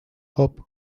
hop